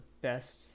best